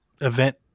event